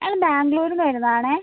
അല്ല ബാംഗ്ലൂരിൽ നിന്ന് വരുന്നതാണേ